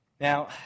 Now